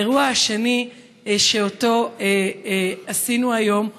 האירוע השני שאותו עשינו היום,